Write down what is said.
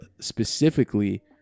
specifically